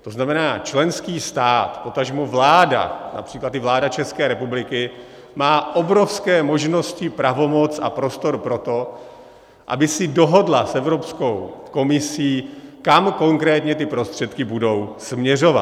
To znamená členský stát, potažmo vláda, např. i vláda České republiky, má obrovské možnosti, pravomoc a prostor pro to, aby si dohodla s Evropskou komisí, kam konkrétně ty prostředky budou směřovat.